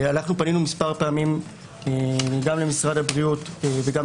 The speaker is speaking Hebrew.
פנינו מספר פעמים גם למשרד הבריאות וגם